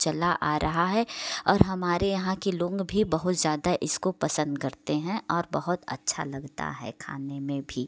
चला आ रहा है और हमारे यहाँ के लोग भी बहुत ज़्यादा इसको पसंद करते हैं और बहुत अच्छा लगता है खाने में भी